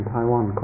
Taiwan